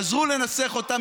עזרו לנסח אותה,